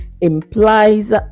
implies